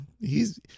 He's-